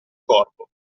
corpo